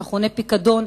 המכונה פיקדון,